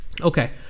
Okay